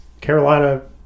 Carolina